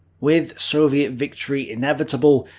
with soviet victory inevitable,